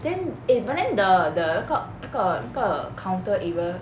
then eh but then the the 那个那个那个 counter area